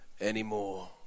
anymore